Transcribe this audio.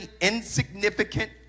insignificant